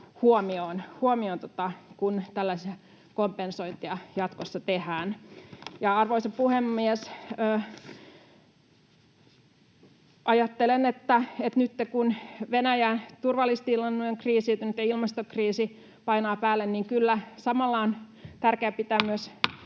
huomioon, kun tällaista kompensointia jatkossa tehdään. Arvoisa puhemies! Ajattelen, että nytten kun Venäjän turvallisuustilanne on kriisiytynyt ja ilmastokriisi painaa päälle, niin kyllä samalla on tärkeää pitää